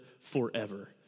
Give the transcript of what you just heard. forever